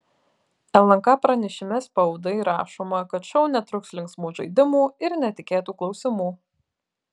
lnk pranešime spaudai rašoma kad šou netrūks linksmų žaidimų ir netikėtų klausimų